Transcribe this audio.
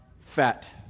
fat